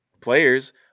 players